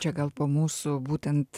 čia gal po mūsų būtent